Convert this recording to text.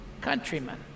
countrymen